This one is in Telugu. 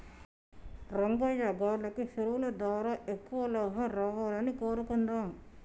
రంగయ్యా గాల్లకి సెరువులు దారా ఎక్కువ లాభం రావాలని కోరుకుందాం